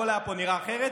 הכול היה נראה פה אחרת.